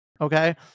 okay